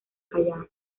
callao